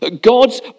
God's